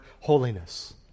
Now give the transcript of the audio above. Holiness